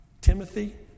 Timothy